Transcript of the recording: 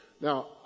Now